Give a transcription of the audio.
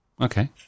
Okay